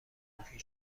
انبوهی